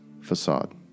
facade